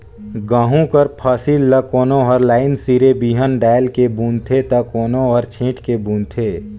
गहूँ कर फसिल ल कोनो हर लाईन सिरे बीहन डाएल के बूनथे ता कोनो हर छींट के बूनथे